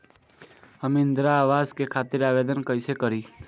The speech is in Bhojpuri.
हम इंद्रा अवास के खातिर आवेदन कइसे करी?